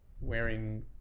wearing